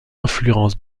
influence